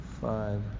five